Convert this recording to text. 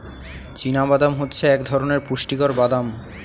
চীনা বাদাম হচ্ছে এক ধরণের পুষ্টিকর বাদাম